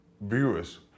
viewers